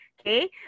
Okay